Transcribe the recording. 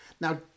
Now